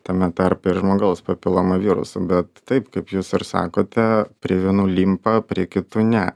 tame tarpe ir žmogaus papiloma virusų bet taip kaip jūs ir sakote prie vienų limpa prie kitų ne